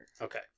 Okay